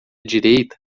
direita